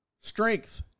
strength